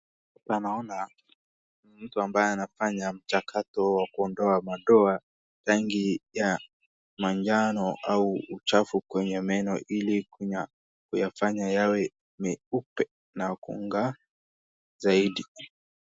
Hapa naona mtu ambaye anafanya mchakato wa kuondoa madowa rangi ya manjano au uchafu kwenye meno ili kuyafanya yawe meupe na kung'aa zaidi.